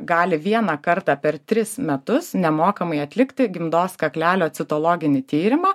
gali vieną kartą per tris metus nemokamai atlikti gimdos kaklelio citologinį tyrimą